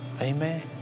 Amen